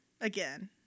again